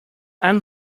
and